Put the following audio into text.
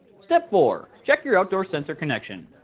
step four check your outdoor sensor connection.